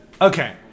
Okay